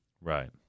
Right